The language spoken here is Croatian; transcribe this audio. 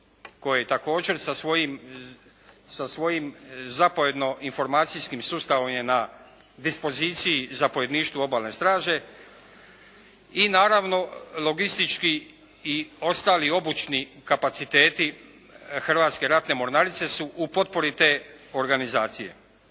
je također sa svojim zapovjedno-informacijskim sustavom je na dispoziciji zapovjedništvu Obalne straže i naravno logistički i ostali obučni kapaciteti Hrvatske ratne mornarice su u potpori te organizacije.